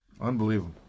unbelievable